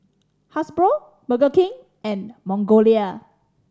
Hasbro Burger King and Magnolia